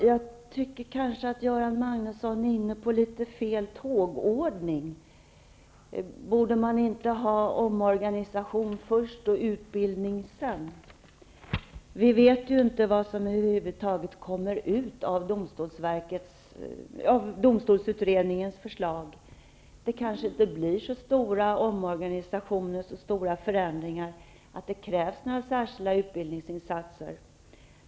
Herr talman! Jag tycker att Göran Magnusson har valt fel tågordning. Borde man inte ha omorganisation först och utbildning sedan? Vi vet inte vad som över huvud taget kommer ut av domstolsutredningens förslag. Det kanske inte blir så stora omorganisationer eller förändringar att det krävs några särskilda utbildningsinsatser.